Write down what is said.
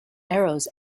arrows